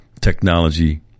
technology